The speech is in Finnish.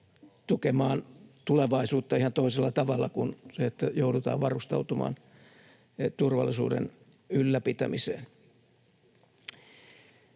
tukemaan tulevaisuutta ihan toisella tavalla kuin se, että joudutaan varustautumaan turvallisuuden ylläpitämiseen.